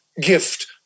gift